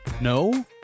No